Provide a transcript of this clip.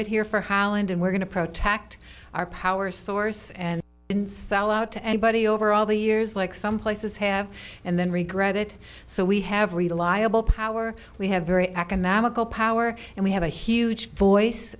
it here for holland and we're going to protect our power source and in sell out to anybody over all the years like some places have and then regret it so we have reliable power we have very economical power and we have a huge voice